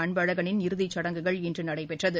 அன்பழகனின் இறுதிச்சடங்குகள் இன்றுநடைபெற்றது